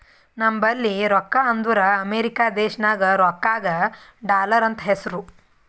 ನಂಬಲ್ಲಿ ರೊಕ್ಕಾ ಅಂದುರ್ ಅಮೆರಿಕಾ ದೇಶನಾಗ್ ರೊಕ್ಕಾಗ ಡಾಲರ್ ಅಂತ್ ಹೆಸ್ರು